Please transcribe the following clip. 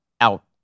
out